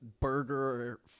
burger